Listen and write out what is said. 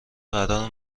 قرار